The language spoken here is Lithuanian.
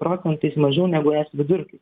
procentais mažiau negu es vidurkis